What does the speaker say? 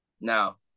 Now